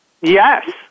Yes